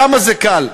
כמה זה קל.